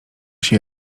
się